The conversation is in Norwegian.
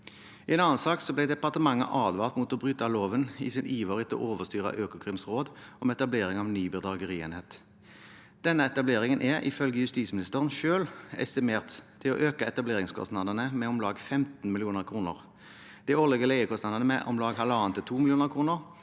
I en annen sak ble departementet advart mot å bryte loven i sin iver etter å overstyre Økokrims råd om etablering av ny bedragerienhet. Denne etableringen er, ifølge justisministeren selv, estimert til å øke etableringskostnadene med om lag 15 mill. kr, de årlige leiekostnadene med om lag 1,5–2 mill. kr,